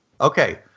Okay